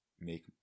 make